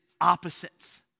opposites